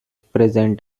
present